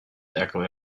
echoed